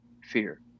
fear